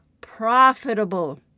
profitable